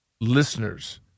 listeners